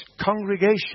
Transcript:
congregation